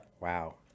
wow